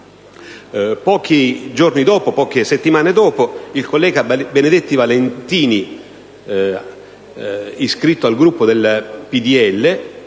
Poche settimane dopo, il collega Benedetti Valentini, iscritto al Gruppo del PdL,